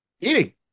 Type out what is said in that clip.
Eating